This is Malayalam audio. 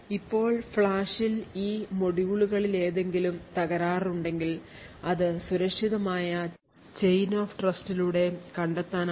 ഇപ്പോൾ ഫ്ലാഷിൽ ഈ മൊഡ്യൂളുകളിലേതെങ്കിലും തകരാറുണ്ടെങ്കിൽ ഇത് സുരക്ഷിതമായ chain of trust ലൂടെ കണ്ടെത്താനാകും